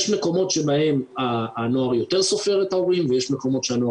יש מקומות שבהם הנוער יותר "סופר" את ההורים ויש מקומות שהנוער